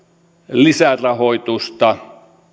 lisärahoitusta